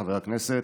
חבר הכנסת,